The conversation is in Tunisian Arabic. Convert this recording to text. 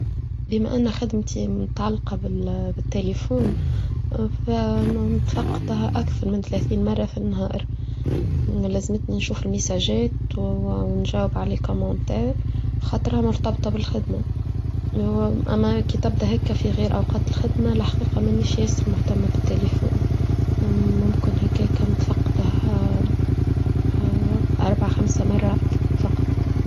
بما أن خدمتي متعلقة بالتليفون فنتفقدها أكثر من ثلاثين مرة في النهار لازمتنا نشوف المساجات ونجاوب علي كومنتار خاطرها مرتبطة بالخدمة أما كي تبدأ هيك في غير أوقات الخدمة لحقيقة ما نيش ياس مهتمة بالتليفون ممكن هيك نتفقدها أربع خمس مرات فقط.